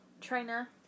trainer